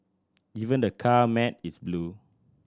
even the car mat is blue